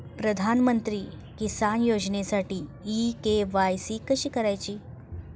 प्रधानमंत्री किसान योजनेसाठी इ के.वाय.सी कशी करायची?